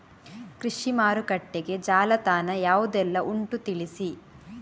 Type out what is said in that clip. ಕೃಷಿ ಮಾರುಕಟ್ಟೆಗೆ ಜಾಲತಾಣ ಯಾವುದೆಲ್ಲ ಉಂಟು ತಿಳಿಸಿ